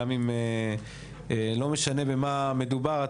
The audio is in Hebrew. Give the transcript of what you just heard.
לא משנה במה מדובר,